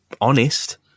honest